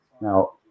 Now